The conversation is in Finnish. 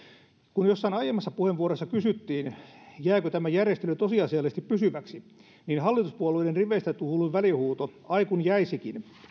kun jossain aiemmassa puheenvuorossa kysyttiin jääkö tämä järjestely tosiasiallisesti pysyväksi hallituspuolueiden riveistä kuului välihuuto ai kun jäisikin